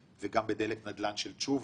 וגם ב"דלק נדל"ן" של תשובה,